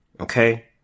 okay